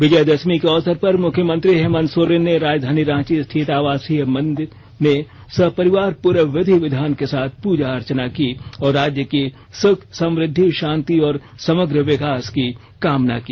विजयादशमी के अवसर पर मुख्यमंत्री हेमंत सोरेन ने राजधानी रांची स्थित आवासीय मंदिर में सपरिवार पूरे विधि विधान के साथ पूजा अर्चना की और राज्य की सुख समृद्धि शांति और समग्र विकास की कामना की